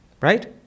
Right